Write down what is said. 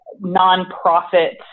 nonprofit